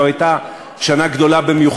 וזו הייתה שנה עם מספר גדול במיוחד,